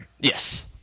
Yes